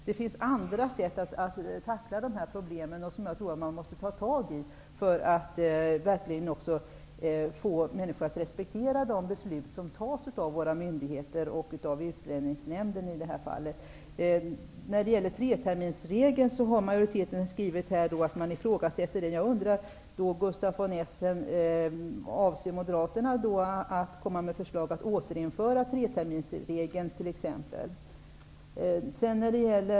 Det finns andra sätt att tackla de här problemen, som jag tror att man måste ta tag i för att verkligen få människor att respektera de beslut som fattas av våra myndigheter och i det här fallet av Majoriteten har skrivit att man ifrågasätter treterminsregeln. Jag undrar, Gustaf von Essen, om Moderaterna avser att komma med förslag om att återinföra treterminsregeln.